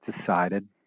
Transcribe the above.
decided